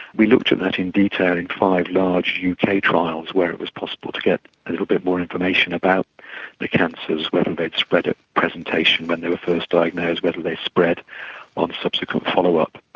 we looked at that in detail in five large you know uk trials where it was possible to get a little bit more information about the cancers, whether they'd spread at presentation, when they were first diagnosed, whether they spread on subsequent follow up.